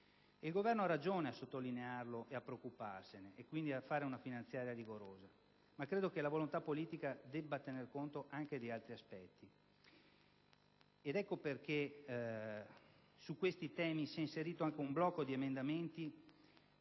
Il Governo ha ragione a sottolinearlo e a preoccuparsene e quindi a fare una finanziaria rigorosa, ma credo che la volontà politica debba tenere conto anche di altri aspetti. Questo è il motivo per cui su tali temi si è inserito anche un blocco di emendamenti